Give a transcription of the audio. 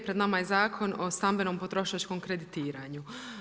Pred nama je Zakon o stambenom potrošačkom kreditiranju.